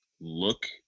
look